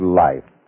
life